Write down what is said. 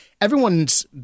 everyone's